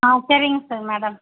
ஆ சரிங்க ச மேடம்